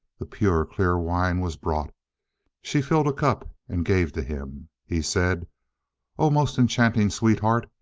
the pure, clear wine was brought she filled a cup and gave to him. he said o most enchanting sweetheart!